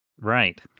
right